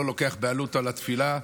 לא לוקח בעלות על התפילה: